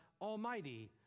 Almighty